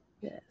Yes